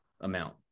amount